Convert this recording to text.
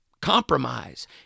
compromise